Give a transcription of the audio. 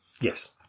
Yes